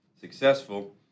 successful